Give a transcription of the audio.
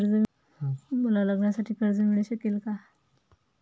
मला लग्नासाठी कर्ज मिळू शकेल का?